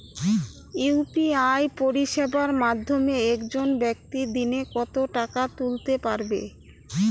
UPI পরিষেবার মাধ্যমে একজন ব্যাক্তি দিনে কত টাকা তুলতে পারবে?